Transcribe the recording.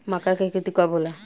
मक्का के खेती कब होला?